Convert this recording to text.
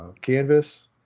canvas